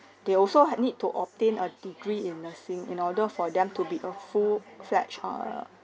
they also need to obtain a degree in nursing in order for them to be a full-fledged err